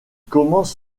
commence